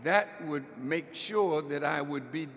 that would make sure that i would be